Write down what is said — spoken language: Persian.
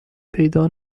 پیدا